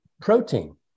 protein